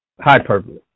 hyperbole